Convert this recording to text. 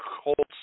Colts